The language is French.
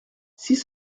six